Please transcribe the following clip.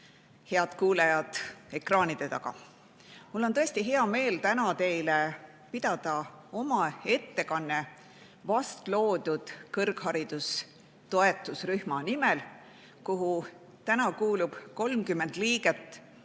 Head kuulajad ekraanide taga! Mul on tõesti hea meel pidada teile oma ettekannet vast loodud kõrghariduse toetusrühma nimel, kuhu täna kuulub 30 liiget,